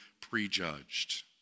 prejudged